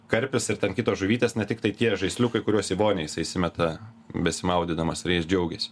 karpis ir ten kitos žuvytės ne tiktai tie žaisliukai kuriuos į vonią jisai įsimeta besimaudydamas ir jais džiaugiasi